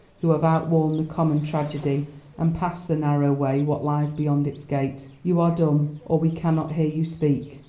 who have outworn the common tragedy and passed the narrow way, what lies beyond its gate? you are dumb, or we cannot hear you speak.